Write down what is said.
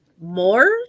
more